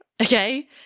Okay